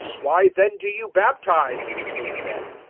why then do you baptize, they said,